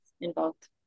involved